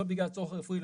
לא בגלל הצורך הרפואי,